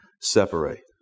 separate